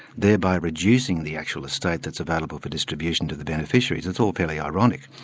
thereby reducing the actual estate that's available for distribution to the beneficiaries. it's all fairly ironic.